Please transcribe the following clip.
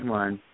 one